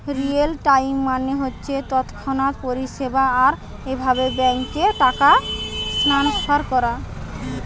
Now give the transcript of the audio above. real time মানে হচ্ছে তৎক্ষণাৎ পরিষেবা আর এভাবে ব্যাংকে টাকা ট্রাস্নফার কোরে